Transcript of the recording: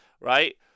Right